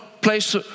place